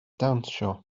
dawnsio